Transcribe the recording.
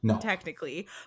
technically